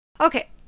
Okay